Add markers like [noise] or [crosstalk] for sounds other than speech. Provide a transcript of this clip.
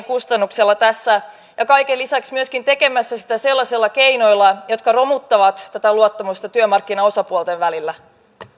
[unintelligible] kustannuksella tässä ja kaiken lisäksi myöskin tekemässä sitä sellaisilla keinoilla jotka romuttavat tätä luottamusta työmarkkinaosapuolten välillä